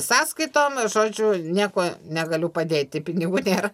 sąskaitom žodžiu niekuo negaliu padėti pinigų nėra